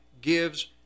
gives